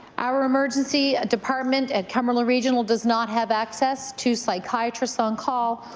our emergency department at cumberland regional does not have access to psychiatrists on call,